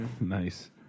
Nice